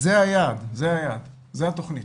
זאת התכנית.